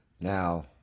Now